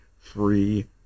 free